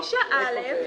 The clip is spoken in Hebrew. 9(א)